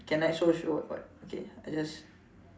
can I so sure of what okay I just